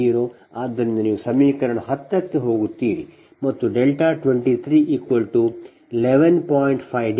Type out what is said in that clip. ಆದ್ದರಿಂದ ನೀವು ಸಮೀಕರಣ 10 ಕ್ಕೆ ಹೋಗುತ್ತೀರಿ ಮತ್ತು 2311